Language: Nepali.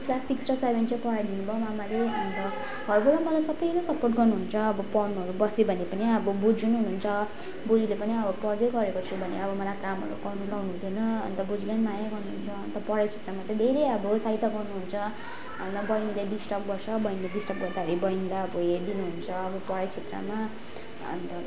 क्लास सिक्स र सेभेन चाहिँ पढाइदिनुभयो मामाले अन्त घरबाट मलाई सबैले सपोर्ट गर्नुहुन्छ अब पढ्नुहरू बसेँ भने पनि अब बोजू नि हुनुहुन्छ बोजूले पनि अब पढ्दै गरेको छु भने अब मलाई कामहरू गर्नु लाउनु हुँदैन अन्त बोजूले पनि मलाई माया गर्नुहुन्छ अन्त पढाइ क्षेत्रमा चाहिँ धेरै अब सहायता गर्नुहुन्छ बहिनीले डिस्टर्ब गर्छ बहिनीले डिस्टर्ब गर्दाखेरि बहिनीलाई अब हेरिदिनुहुन्छ अब पढाइ क्षेत्रमा अन्त